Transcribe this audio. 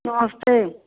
नमस्ते